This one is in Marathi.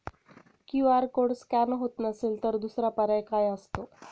क्यू.आर कोड स्कॅन होत नसेल तर दुसरा पर्याय काय असतो?